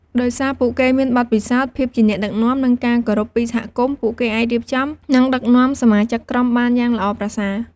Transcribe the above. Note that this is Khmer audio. ដោយសារពួកគេមានបទពិសោធន៍ ភាពជាអ្នកដឹកនាំ និងការគោរពពីសហគមន៍ ពួកគេអាចរៀបចំ និងដឹកនាំសមាជិកក្រុមបានយ៉ាងល្អប្រសើរ។